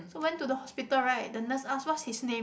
so went to the hospital right the nurse ask what's his name